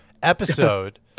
episode